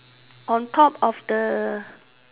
on top of the